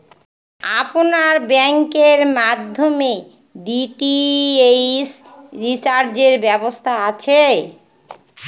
আপনার ব্যাংকের মাধ্যমে ডি.টি.এইচ রিচার্জের ব্যবস্থা আছে?